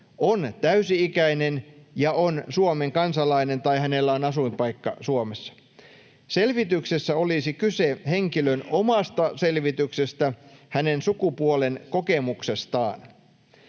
on täysi-ikäinen ja on Suomen kansalainen tai hänellä on asuinpaikka Suomessa. Selvityksessä olisi kyse henkilön omasta selvityksestä hänen sukupuolen kokemuksestaan.